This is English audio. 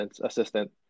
assistant